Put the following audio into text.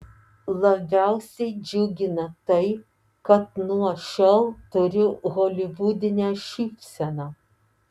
labiausiai džiugina tai kad nuo šiol turiu holivudinę šypseną